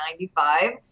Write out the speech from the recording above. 1995